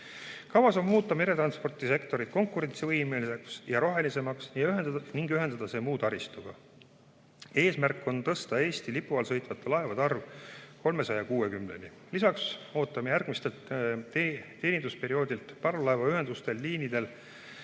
Kavas on muuta meretranspordi sektor konkurentsivõimelisemaks ja rohelisemaks ning ühendada see muu taristuga. Eesmärk on suurendada Eesti lipu all sõitvate laevade arv 360-ni. Lisaks ootame järgmisel teenindusperioodil parvlaevaühenduse liinidele